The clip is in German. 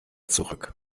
zurück